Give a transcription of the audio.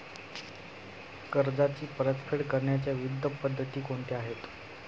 कर्जाची परतफेड करण्याच्या विविध पद्धती कोणत्या आहेत?